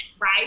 right